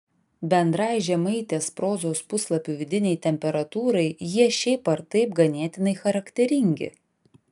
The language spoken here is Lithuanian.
bendrai žemaitės prozos puslapių vidinei temperatūrai jie šiaip ar taip ganėtinai charakteringi